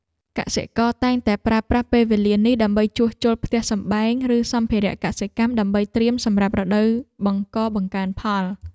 កសិករតែងតែប្រើប្រាស់ពេលវេលានេះដើម្បីជួសជុលផ្ទះសម្បែង ឬសម្ភារៈកសិកម្មដើម្បីត្រៀមសម្រាប់រដូវបង្កបង្កើនផល។